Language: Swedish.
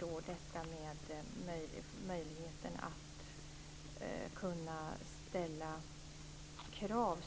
Vad sedan gäller möjligheten att ställa krav